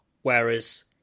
Whereas